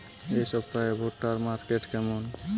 এই সপ্তাহে ভুট্টার মার্কেট কেমন?